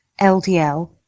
LDL